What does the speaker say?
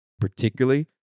particularly